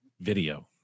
video